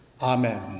Amen